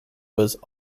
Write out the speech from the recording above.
was